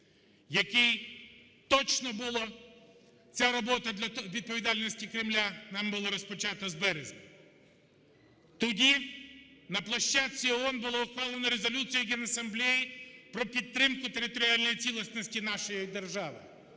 який точно було, ця робота відповідальності Кремля нами була розпочата з березня. Тоді на площадці ООН було ухвалено резолюцію Генасамлеї про підтримку територіальної цілісності нашої держави.